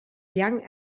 young